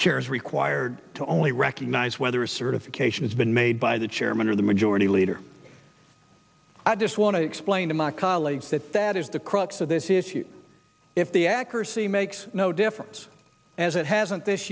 chair is required to only recognize whether a certification is been made by the chairman or the majority leader i just want to explain to my colleagues that that is the crux of this issue if the accuracy makes no difference as it hasn't this